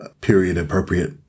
period-appropriate